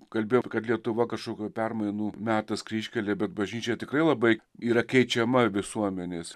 kalbėjom kad lietuva kažkokioj permainų metas kryžkelė bet bažnyčia tikrai labai yra keičiama visuomenės